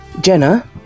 Jenna